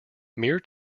mere